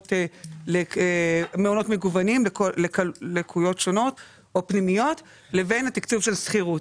מעונות מגוונים ללקויות שונות או פנימיות לבין התקצוב של שכירות.